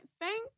thank